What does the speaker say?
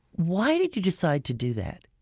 why did you decide to do that?